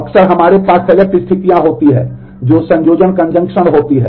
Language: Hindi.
अक्सर हमारे पास सेलेक्ट होती हैं